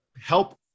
help